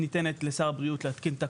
ניתנת לשר הבריאות.